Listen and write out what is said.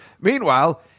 Meanwhile